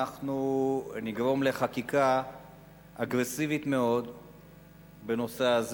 אנחנו נגרום לחקיקה אגרסיבית מאוד בנושא הזה.